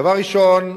דבר ראשון,